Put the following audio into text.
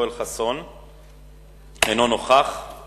אנחנו בדרכי פעולה להתמודד עם התופעה הזאת.